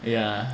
yeah